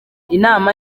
inama